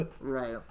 Right